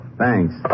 Thanks